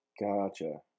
Gotcha